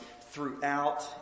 throughout